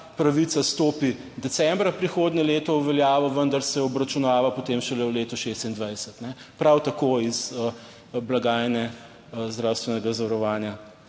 pravica stopi decembra prihodnje leto v veljavo, vendar se obračunava potem šele v letu 2026, prav tako iz blagajne zdravstvenega zavarovanja,